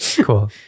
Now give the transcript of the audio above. Cool